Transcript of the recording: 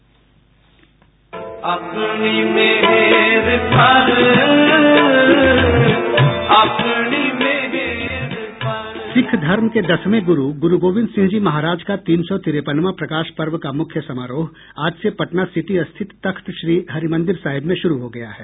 सिख धर्म के दसवें गुरू गुरूगोविंद सिंह जी महाराज का तीन सौ तिरेपनवां प्रकाश पर्व का मुख्य समारोह आज से पटना सिटी स्थित तख्तश्री हरिमंदिर साहिब में शुरू हो गया है